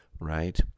right